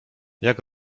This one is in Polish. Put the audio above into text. jak